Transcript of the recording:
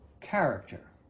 character